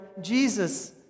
Jesus